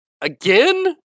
Again